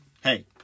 Hey